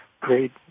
great